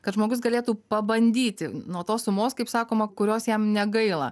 kad žmogus galėtų pabandyti nuo tos sumos kaip sakoma kurios jam negaila